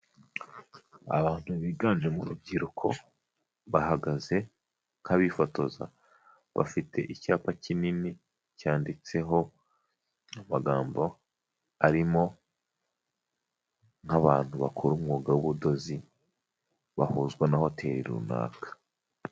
Abantu biganjemo urubyiruko, bahagaze nk'abifotoza, bafite icyapa kinini cyanditseho amagambo arimo nk'abantu bakora umwuga w'ubudozi, bahuzwa na hoteli runaka.